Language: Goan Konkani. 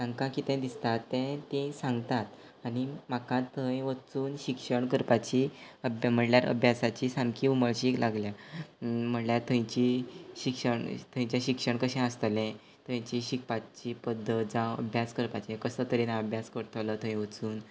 तांकां कितें दिसता तें तीं सांगतात आनी म्हाका थंय वचून शिक्षण करपाची म्हणल्यार अभ्यासाची सामकी उमळशीक लागल्या म्हणल्यार थंयची शिक्षण थंयचें शिक्षण कशें आसतलें थंयची शिकपाची पद्दत जावं अभ्यास करपाची कसो तरेन अभ्यास करतलो थंय वचून